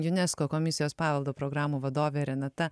unesco komisijos paveldo programų vadovė renata